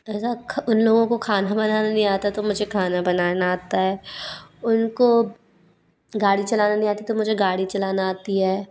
उन लोगों को खाना बनाने नहीं आता तो मुझे खाना बनाना आता है उनको गाड़ी चलाना नहीं आती तो मुझे गाड़ी चलाना आती है